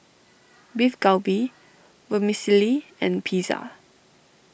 Beef Galbi Vermicelli and Pizza